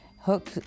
hook